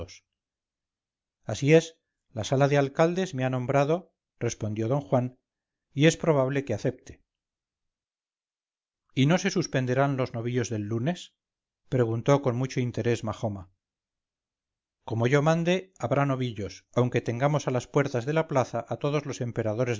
así es la sala de alcaldes me ha nombrado respondió d juan y es probable que acepte y no se suspenderán los novillos del lunes preguntó con mucho interés majoma como yo mande habrá novillos aunque tengamos a las puertas de la plaza a todos los emperadores